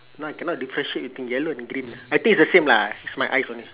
now I cannot differentiate between yellow and green ah I think is the same lah it's my eyes only